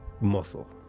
muscle